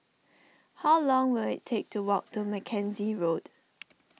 how long will it take to walk to Mackenzie Road